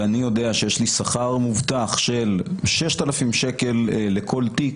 ואני יודע שיש לי שכר מובטח של 6,000 שקל לכל תיק,